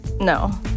No